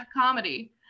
comedy